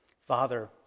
Father